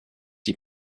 die